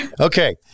Okay